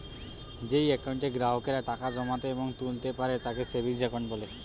যেই একাউন্টে গ্রাহকেরা টাকা জমাতে এবং তুলতা পারে তাকে সেভিংস একাউন্ট বলে